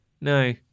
No